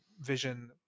Vision